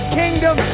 kingdom